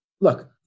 look